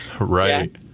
Right